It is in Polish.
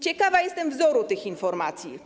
Ciekawa jestem wzoru tych informacji.